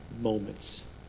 moments